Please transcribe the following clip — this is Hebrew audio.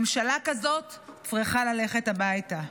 ממשלה כזאת צריכה ללכת הביתה.